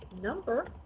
number